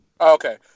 Okay